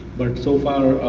but so far,